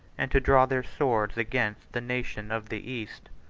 and to draw their swords against the nation of the east.